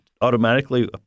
automatically